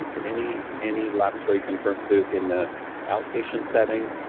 ah any any laboratory-confirmed flu in the outpatient setting,